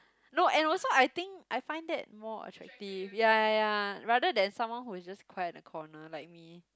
no and also I think I find that more attractive ya ya ya rather than someone who is just quiet in a corner like me